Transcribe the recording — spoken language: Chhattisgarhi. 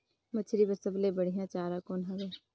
मछरी बर सबले बढ़िया चारा कौन हवय?